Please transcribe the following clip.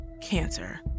cancer